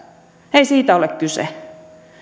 ei siitä ole kyse